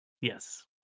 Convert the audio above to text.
Yes